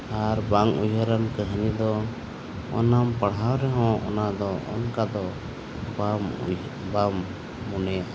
ᱟᱨ ᱵᱟᱝ ᱩᱭᱦᱟᱹᱨᱟᱱ ᱠᱟᱹᱦᱱᱤ ᱫᱚ ᱚᱱᱟᱢ ᱯᱟᱲᱦᱟᱣ ᱨᱮᱦᱚᱸ ᱚᱱᱟ ᱫᱚ ᱚᱱᱠᱟ ᱫᱚ ᱵᱟᱢ ᱩᱭᱦᱟᱹᱨ ᱵᱟᱢ ᱢᱚᱱᱮᱭᱟᱜᱼᱟ